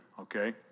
okay